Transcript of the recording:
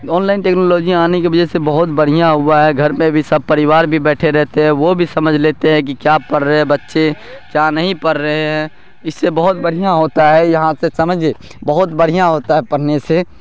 on line ٹیکنالوجیاں آنے کے وجہ سے بہت برھیاں ہوا ہے گھر میں بھی سب پریوار بھی بیٹھے رہتے ہے وہ بھی سمجھ لیتے ہیں کہ کیا پڑھ رہے ہے بچے کیا نہیں پرھ رہے ہیں اس سے بہت برھیاں ہوتا ہے یہاں سے سمجھ بہت برھیاں ہوتا ہے پرھنے سے